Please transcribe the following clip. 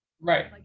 right